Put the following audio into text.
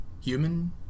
human